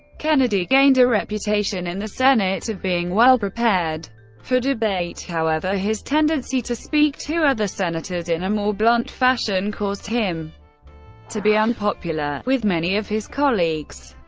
kennedy gained a reputation in the senate of being well prepared for debate, however his tendency to speak to other senators in a more blunt fashion caused him to be unpopular. with many of his colleagues.